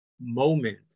moment